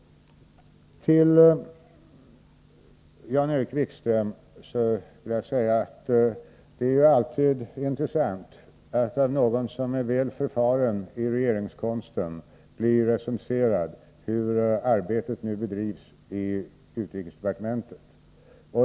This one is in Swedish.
Till Jan-Erik Wikström vill jag säga att det alltid är intressant att av någon som är väl förfaren i regeringskonsten bli recenserad i hur arbetet nu bedrivs i utrikesdepartementet.